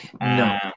No